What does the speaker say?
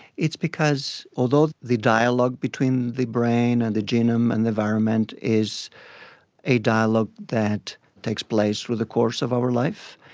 it's because although the dialogue between the brain and the genome and the environment is a dialogue that takes place through the course of our life,